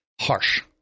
harsh